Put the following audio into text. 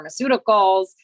pharmaceuticals